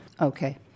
Okay